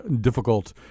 difficult